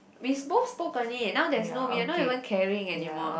we've both spoke on it now there's no we are not even caring anymore